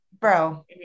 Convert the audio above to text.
bro